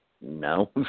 no